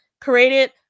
created